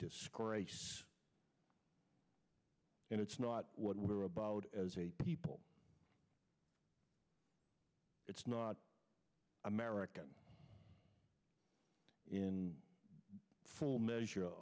disgrace and it's not what we're about as a people it's not american in full measure